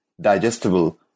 digestible